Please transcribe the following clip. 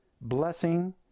blessing